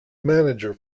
manager